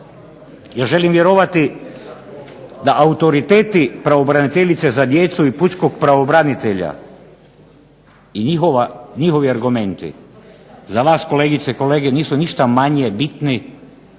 Ja želim vjerovati da autoriteti pravobraniteljice za djecu i njihova pravobranitelja i njihovi argumenti za nas kolegice i kolege nisu ništa manje bitni